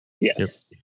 Yes